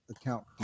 account